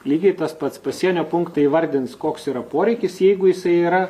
lygiai tas pats pasienio punktai įvardins koks yra poreikis jeigu jisai yra